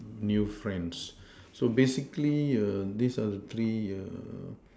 new friends so basically err this are the three err